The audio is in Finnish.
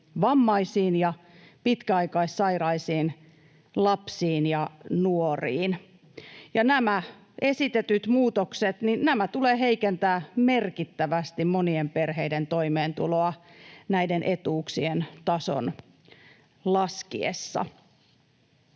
vammaisiin ja pitkäaikaissairaisiin lapsiin ja nuoriin. Nämä esitetyt muutokset tulevat heikentämään merkittävästi monien perheiden toimeentuloa näiden etuuksien tason laskiessa.